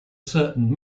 certain